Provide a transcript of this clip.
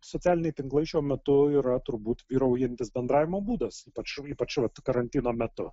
socialiniai tinklai šiuo metu yra turbūt vyraujantis bendravimo būdas ypač ypač vat karantino metu